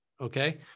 okay